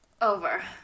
Over